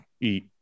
eat